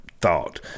thought